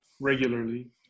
regularly